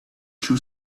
two